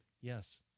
yes